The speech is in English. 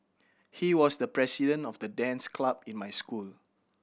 he was the president of the dance club in my school